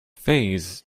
phase